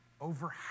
Over